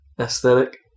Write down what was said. aesthetic